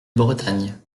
bretagne